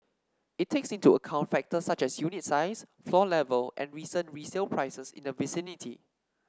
it takes into account factors such as unit size floor level and recent resale prices in the vicinity